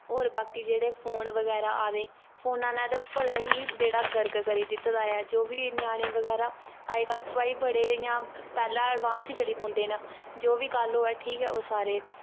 होर बाकी जेह्ड़े फोन बगैरा आए दे फोना ने ते भला ही बेड़ा गर्क करी दित्ते दा ऐ जो बी ञ्यानें बगैरा अज्जकल भाई बड़े इ'यां पैह्लै एडवांस ही चली पौंदे न जो बी गल्ल होऐ ठीक ऐ ओह् सारे